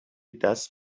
دست